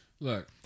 Look